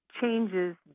changes